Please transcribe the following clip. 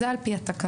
זה על פי התקנות.